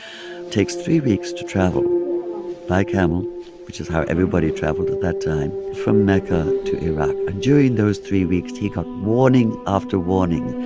takes three weeks to travel by camel which is how everybody traveled at that time from mecca to iraq. and ah during those three weeks, he got warning after warning.